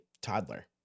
toddler